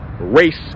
race